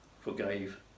forgave